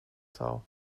taal